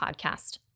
Podcast